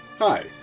Hi